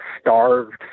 starved